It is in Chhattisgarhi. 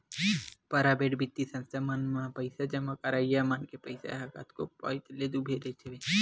पराबेट बित्तीय संस्था मन म पइसा जमा करइया मन के पइसा ह कतको पइत ले डूबे हवय